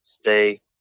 stay